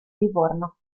livorno